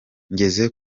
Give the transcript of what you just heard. ngeze